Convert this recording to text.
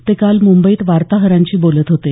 ते काल मुंबईत वार्ताहरांशी बोलत होते